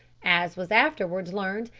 as was afterwards learned,